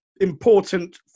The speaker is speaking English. important